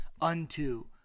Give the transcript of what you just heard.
unto